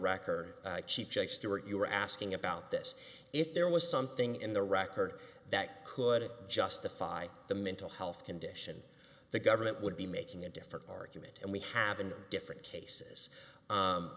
stewart you were asking about this if there was something in the record that could justify the mental health condition the government would be making a different argument and we have in different cases